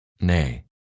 Nay